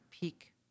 peak